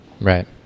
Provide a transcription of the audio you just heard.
Right